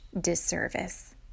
disservice